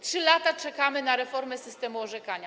3 lata czekamy na reformę systemu orzekania.